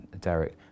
Derek